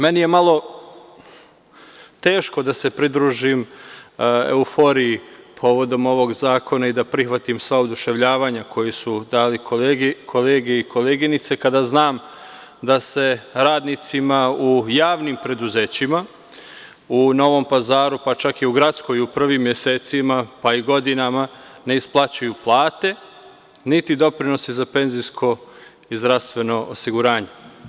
Meni je malo teško da se pridružim euforiji povodom ovog zakona i da prihvatim sva oduševljavanja koje su dale kolege i koleginice, kada znam da se radnicima u javnim preduzećima, u Novom Pazaru, pa čak i u gradskoj upravi, mesecima, pa i godinama ne isplaćuju plate, niti doprinosi za penzijsko i zdravstveno osiguranje.